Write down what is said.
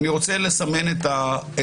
אני רוצה להיות מאוד